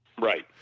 Right